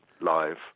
live